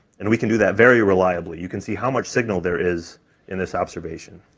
and we can do that very reliably, you can see how much signal there is in this observation.